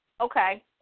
Okay